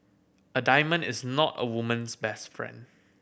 a diamond is not a woman's best friend